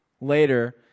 Later